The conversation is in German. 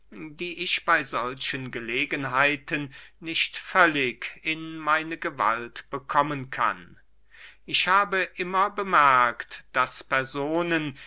die ich bey solchen gelegenheiten nicht völlig in meine gewalt bekommen kann ich habe immer bemerkt daß personen